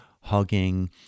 hugging